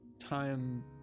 time